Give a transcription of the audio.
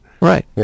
Right